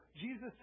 Jesus